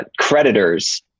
creditors